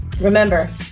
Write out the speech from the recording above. Remember